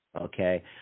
Okay